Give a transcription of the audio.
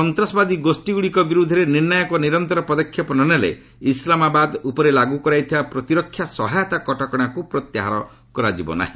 ସନ୍ତାସବାଦୀ ଗୋଷୀଗୁଡ଼ିକ ବିରୋଧରେ ନିର୍ଷ୍ଣାୟକ ଓ ନିରନ୍ତର ପଦକ୍ଷେପ ନ ନେଲେ ଇସ୍ଲାମାବାଦ ଉପରେ ଲାଗୁ କରାଯାଇଥିବା ପ୍ରତିରକ୍ଷା ସହାୟତା କଟକଶାକୁ ପ୍ରତ୍ୟାହାର କରାଯିବ ନାହିଁ